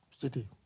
City